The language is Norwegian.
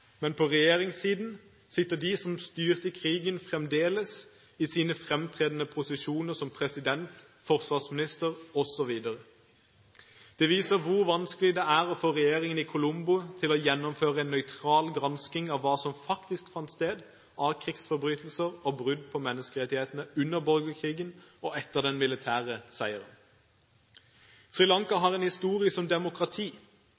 men på regjeringssiden sitter de som styrte krigen, fremdeles i sine framtredende posisjoner som president, forsvarsminister osv. Det viser hvor vanskelig det er å få regjeringen i Colombo til å gjennomføre en nøytral gransking av hva som faktisk fant sted av krigsforbrytelser og brudd på menneskerettighetene under borgerkrigen og etter den militære seieren.